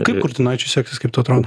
kaip kurtinaičiui seksis kaip tau atrodo